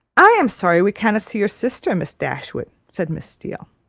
i am sorry we cannot see your sister, miss dashwood, said miss steele.